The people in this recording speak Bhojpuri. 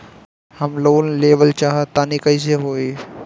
हम लोन लेवल चाह तानि कइसे होई?